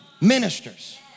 ministers